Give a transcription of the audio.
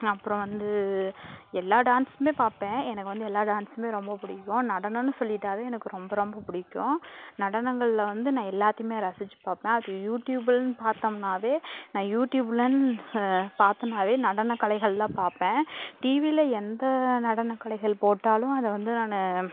அப்புறம் வந்து எல்லா டான்ஸ்மே பார்ப்பேன் எனக்கு வந்து எல்லா டான்ஸ்மே ரொம்ப பிடிக்கும் நடனோன்னு சொல்லிட்டாவே எனக்கு ரொம்ப ரொம்ப பிடிக்கும் நடனங்களில் வந்து நான் எல்லாத்தையுமே ரசிச்சு பாப்பேன் அது யூடியூப்புன்னு பார்த்தம்னாவே நான் யூடியூப்லன்னு பார்த்தனாவே நடன கலைகள் தான் பார்ப்பன் டிவியில எந்த நடனக்கலைகள் போட்டாலும் அதை வந்து நான்